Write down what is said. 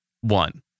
one